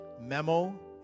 memo